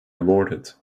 aborted